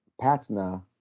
Patna